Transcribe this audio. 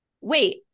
wait